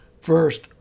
First